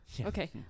Okay